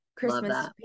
Christmas